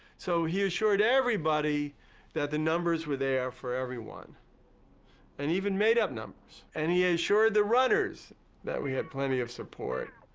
so he assured everybody that the numbers were there for everyone and even made up numbers. and he assured the runners that we had plenty of support,